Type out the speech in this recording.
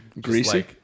greasy